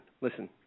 Listen